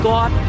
God